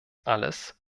alles